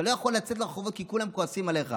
אתה לא יכול לצאת לרחובות כי כולם כועסים עליך,